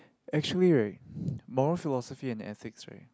actually right moral philosophy and ethics right